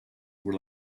were